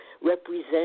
represent